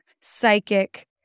psychic